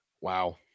wow